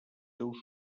seus